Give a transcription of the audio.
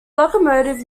locomotive